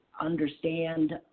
understand